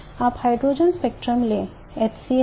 आप hydrogen spectrum लें HCl लें